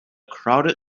crowded